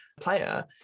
player